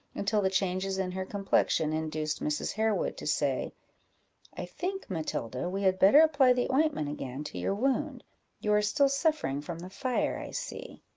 until the changes in her complexion induced mrs. harewood to say i think, matilda, we had better apply the ointment again to your wound you are still suffering from the fire, i see.